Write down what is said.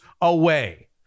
away